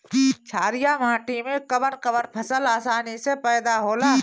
छारिया माटी मे कवन कवन फसल आसानी से पैदा होला?